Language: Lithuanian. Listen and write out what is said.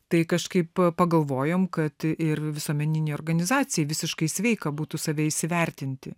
tai kažkaip pagalvojom kad ir visuomeninei organizacijai visiškai sveika būtų save įsivertinti